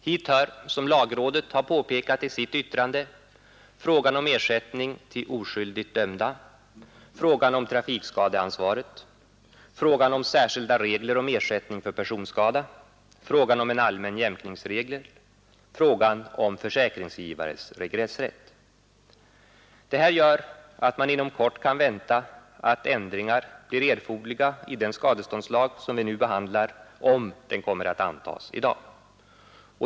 Hit hör, som lagrådet har påpekat i sitt yttrande, frågan om ersättning till oskyldigt dömda, frågan om trafikskadeansvaret, frågan om särskilda regler om ersättning för personskada, frågan om en allmän jämkningsregel, frågan om försäkringsgivares regressrätt. Detta gör att man inom kort kan vänta att ändringar blir erforderliga i den skadeståndslag som vi nu behandlar, om den kommer att antas i dag.